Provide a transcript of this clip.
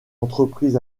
entreprises